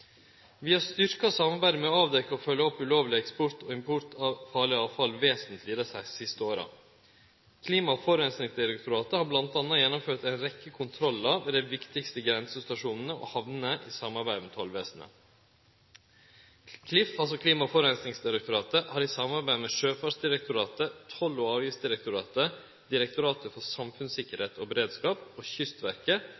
Vi har styrkt arbeidet med å avdekkje og følgje opp ulovleg eksport og import av farleg avfall vesentleg dei siste åra. Klima- og forureiningsdirektoratet har bl.a. gjennomført ei rekkje kontrollar ved dei viktigaste grensestasjonane og hamnene i samarbeid med tollvesenet. Klima- og forureiningsdirektoratet har i samarbeid med Sjøfartsdirektoratet, Toll- og avgiftsdirektoratet, Direktoratet for